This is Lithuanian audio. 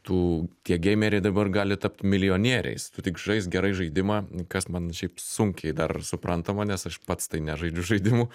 tų tie geimeriai dabar gali tapt milijonieriais tu tik žaist gerai žaidimą kas man šiaip sunkiai dar suprantama nes aš pats tai nežaidžiu žaidimų